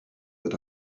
that